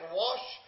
wash